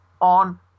on